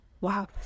Wow